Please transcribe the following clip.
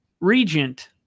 Regent